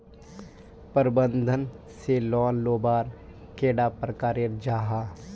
प्रबंधन से लोन लुबार कैडा प्रकारेर जाहा?